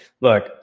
Look